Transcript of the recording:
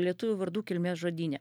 lietuvių vardų kilmės žodyne